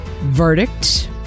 verdict